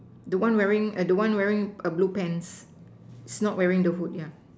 the one wearing the one wearing a blue pants is not wearing the hood yeah